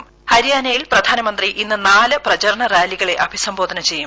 ് ഹരിയാനയിൽ പ്രധാനമന്ത്രി ഇന്ന് നാല് പ്രചാരണ റാലികളെ അഭിസംബോധന ചെയ്യും